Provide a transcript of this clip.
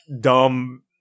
dumb